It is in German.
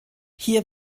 hier